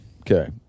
Okay